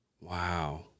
Wow